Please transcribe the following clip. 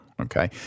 okay